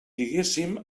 diguéssim